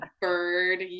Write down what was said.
bird